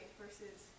versus